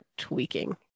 tweaking